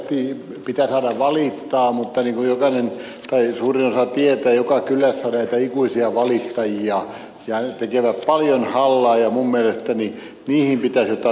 ymmärrettävästi pitää saada valittaa mutta niin kuin jokainen tai suurin osa tietää joka kylässä on näitä ikuisia valittajia jotka tekevät paljon hallaa ja minun mielestäni siihen pitäisi joitain nopeuttamiskeinoja löytää